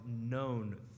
known